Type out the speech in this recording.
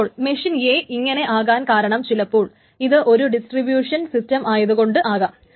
അപ്പോൾ machine A ഇങ്ങനെ ആകാൻ കാരണം ചിലപ്പോൾ ഇത് ഒരു സിഡിസ്ട്രിബ്യൂഷൻ സിസ്റ്റം ആയതുകൊണ്ടാകാം